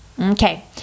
okay